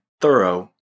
thorough